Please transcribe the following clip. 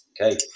Okay